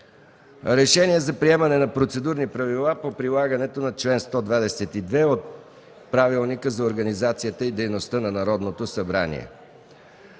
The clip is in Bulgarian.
„РЕШЕНИЕ за приемане на Процедурни правила по прилагането на чл. 122, ал. 1 от Правилника за организацията и дейността на Народното събрание